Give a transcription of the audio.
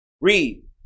Read